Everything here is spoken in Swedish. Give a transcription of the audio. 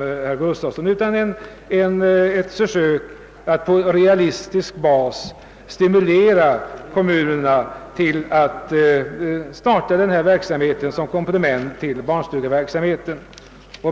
herr Gustafsson i Skellefteå ville tro. De är ett försök att på realistisk bas stimulera kommunerna att starta denna verksamhet som komplement till barnstugeverksamheten.